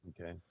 Okay